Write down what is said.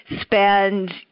spend